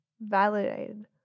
validated